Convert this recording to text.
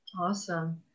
awesome